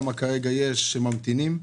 כמה כרגע יש שממתינים?